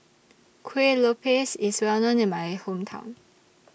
Kuih Lopes IS Well known in My Hometown